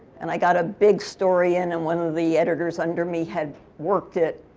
and i got a big story in, and one of the editors under me had worked it.